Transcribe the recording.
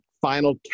final